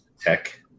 tech